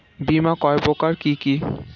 বীমা কয় প্রকার কি কি?